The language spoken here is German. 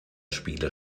spiele